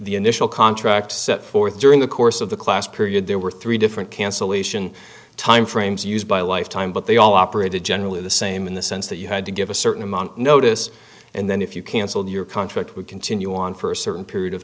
the initial contract set forth during the course of the class period there were three different cancellation time frames used by life time but they all operated generally the same in the sense that you had to give a certain amount notice and then if you cancel your contract would continue on for a certain period of